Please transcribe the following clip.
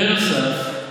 בנוסף,